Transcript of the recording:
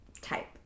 Type